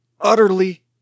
utterly